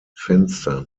fenstern